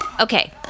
Okay